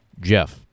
Jeff